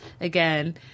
again